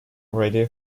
radio